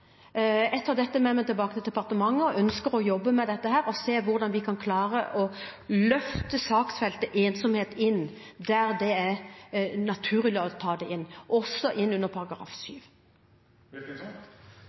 Jeg tar dette med meg tilbake til departementet og ønsker å jobbe med dette og se hvordan vi kan klare å løfte saksfeltet ensomhet inn der det er naturlig å ta det inn, også inn under